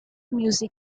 music